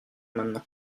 maintenant